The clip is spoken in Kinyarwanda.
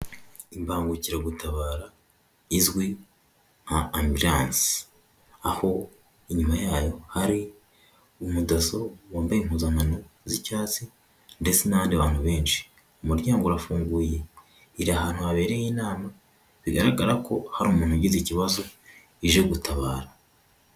Imbangukiragutabara izwi nka ambiranse, aho inyuma yayo hari umudaso wambaye impuzankano z'icyatsi, ndetse n'abandi bantu benshi, umuryango urafunguye iri ahantu habereye inama, bigaragara ko hari umuntu ugira ikibazo ije gutabara.